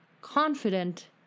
confident